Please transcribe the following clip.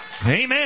Amen